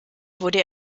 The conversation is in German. wurde